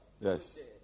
yes